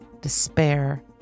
despair